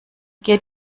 geht